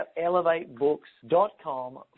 elevatebooks.com